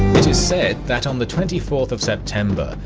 it is said that on the twenty fourth of september,